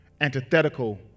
antithetical